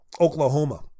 Oklahoma